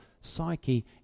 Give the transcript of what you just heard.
psyche